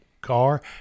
car